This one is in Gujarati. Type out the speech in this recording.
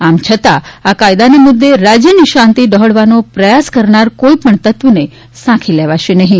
આમ છતાં આ કાયદાના મુદ્દે રાજ્યની શાંતિ ડહોળવાનો પ્રયાસ કરનાર કોઈપણ તત્વને સાંખી લેવાશે નહીં